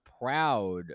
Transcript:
proud